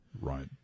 Right